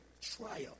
trial